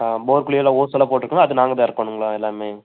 போர்க்குழியில் ஓஸெல்லாம் போட்டுருக்குங்கள அது நாங்கள் தான் இறக்கணுங்களா எல்லாமே